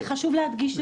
אז חשוב להדגיש את זה.